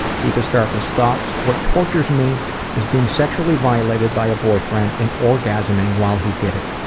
deepest, darkest thoughts? what tortures me is being sexually violated by a boyfriend and orgasming while he did it.